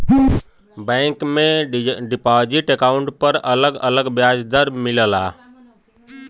bank में deposit account पर अलग अलग ब्याज दर मिलला